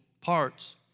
parts